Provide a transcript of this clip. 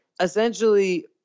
Essentially